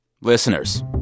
listeners